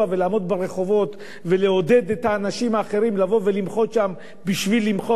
לעמוד ברחובות ולעודד את האנשים האחרים לבוא ולמחות שם בשביל למחות,